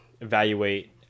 evaluate